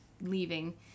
leaving